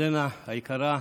ירדנה היקרה,